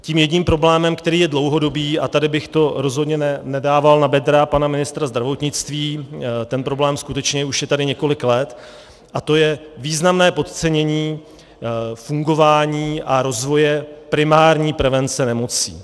Tím jedním problémem, který je dlouhodobý, a tady bych to rozhodně nedával na bedra pana ministra zdravotnictví, ten problém skutečně už je tady několik let, je významné podcenění fungování a rozvoje primární prevence nemocí.